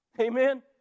Amen